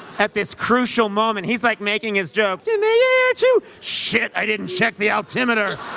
at this crucial moment. he's, like, making his jokes, in the year two shit, i didn't check the altimeter.